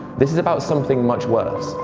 this is about something much worse,